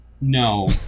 no